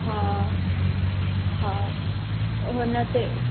हा हा हुन ते